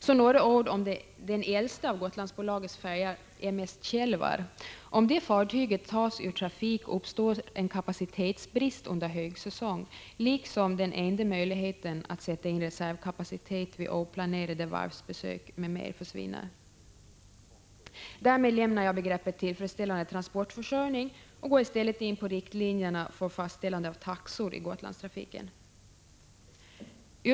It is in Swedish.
Så några ord om den äldsta av Gotlandsbolagets färjor i trafiken, m/s Thjälvar. Om det fartyget tas ur trafik, uppstår en kapacitetsbrist under högsäsong och dessutom försvinner den enda möjligheten att sätta in reservkapacitet vid oplanerade varvsbesök m.m. Därmed lämnar jag begreppet tillfredsställande transportförsörjning och går i stället in på riktlinjerna för fastställande av taxor i Gotlandstrafiken.